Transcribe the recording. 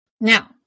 Now